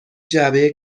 جعبه